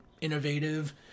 innovative